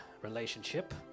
relationship